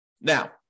Now